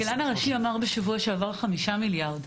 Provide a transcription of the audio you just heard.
הכלכלן הראשי אמר בשבוע שעבר 5 מיליארד.